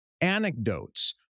anecdotes